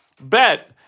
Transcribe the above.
Bet